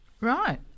Right